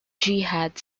jihad